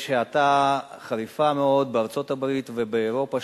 יש האטה חריפה מאוד בארצות-הברית ובאירופה,